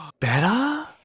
Better